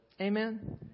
Amen